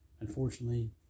Unfortunately